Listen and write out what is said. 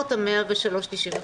את ה-103.95%,